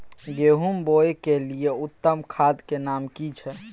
गेहूं बोअ के लिये उत्तम खाद के नाम की छै?